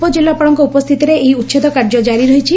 ଉପଜିଲ୍ଲାପାଳଙ୍କ ଉପସ୍ଥିତିରେ ଏହି ଉଛେଦ କାର୍ଯ୍ୟ ଜାରି ରହିଛି